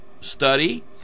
study